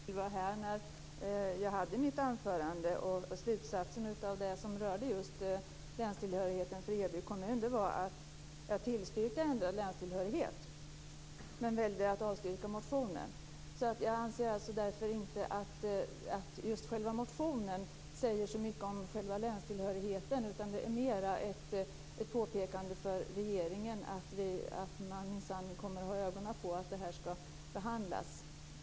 Fru talman! Jag vet inte om Per Bill var här när jag höll mitt anförande. Men slutsatsen av just det som rörde länstillhörigheten för Heby kommun var att jag ändå tillstyrkte länstillhörighet men valde att avstyrka motionen. Jag anser därför inte att själva motionen säger så mycket om själva länstillhörigheten utan den är mer ett påpekande till regeringen att man minsann kommer att hålla ögonen på att detta skall behandlas.